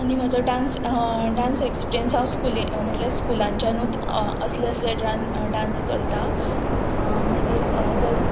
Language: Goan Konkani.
आनी म्हजो डांस डांस एक्सपिरियन्स हांव स्कुलीन म्हटल्यार स्कुलांच्यानूच असले असले ड्रान डांस करता मागीर जर